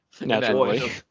Naturally